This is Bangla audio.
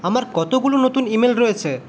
আমার কতগুলো নতুন ই মেল রয়েছে